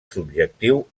subjectiu